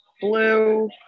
blue